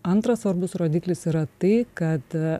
antras svarbus rodiklis yra tai kad